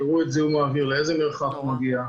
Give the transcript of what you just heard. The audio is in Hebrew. תראו את זיהום האוויר לאיזה מרחק הוא מגיע,